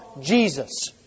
Jesus